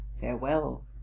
farewell